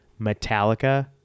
Metallica